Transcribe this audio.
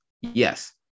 Yes